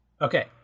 Okay